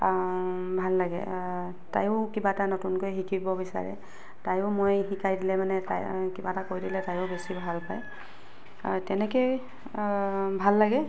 ভাল লাগে অ' তাইয়ো কিবা এটা নতুনকৈ শিকিব বিচাৰে তাইয়ো মই শিকাই দিলে মানে তাই কিবা এটা কৰি দিলে তাইয়ো বেছি ভাল পায় তেনেকেই ভাল লাগে